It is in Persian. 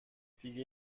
دیگه